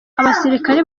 abasirikare